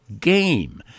game